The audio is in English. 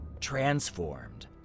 transformed